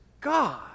God